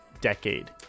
decade